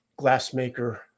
glassmaker